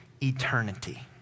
eternity